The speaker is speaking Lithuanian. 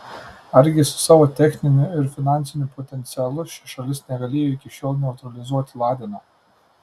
argi su savo techniniu ir finansiniu potencialu ši šalis negalėjo iki šiol neutralizuoti ladeno